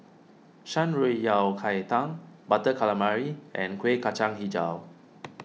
Shan Rui Yao Cai Tang Butter Calamari and Kueh Kacang HiJau